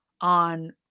on